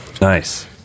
nice